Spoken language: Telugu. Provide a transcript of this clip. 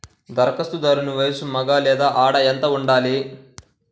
ధరఖాస్తుదారుని వయస్సు మగ లేదా ఆడ ఎంత ఉండాలి?